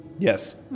Yes